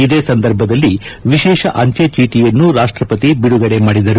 ಇದೇ ಸಂದರ್ಭದಲ್ಲಿ ವಿಶೇಷ ಅಂಚೆ ಚೇಟಿಯನ್ನು ರಾಷ್ಟಪತಿ ಬಿಡುಗಡೆ ಮಾಡಿದರು